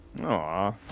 Aw